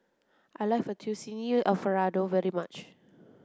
I like Fettuccine Alfredo very much